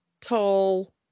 tall